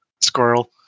Squirrel